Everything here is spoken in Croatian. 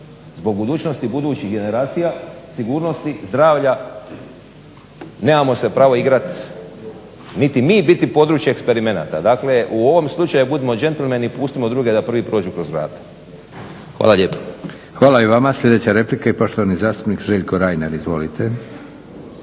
Zbog budućnosti budućih generacija, sigurnosti, zdravlja nemamo se pravo igrati niti mi biti područje eksperimenata. Dakle u ovom slučaju budimo džentlmeni i pustimo da prvi prođu kroz vrata. Hvala lijepo. **Leko, Josip (SDP)** Hvala i vama. I sljedeća replika poštovani zastupnik Željko Reiner. Izvolite.